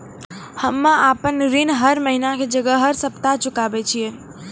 हम्मे आपन ऋण हर महीना के जगह हर सप्ताह चुकाबै छिये